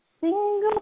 single